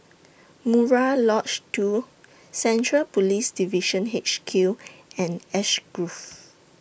Murai Lodge two Central Police Division H Q and Ash Grove